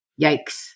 Yikes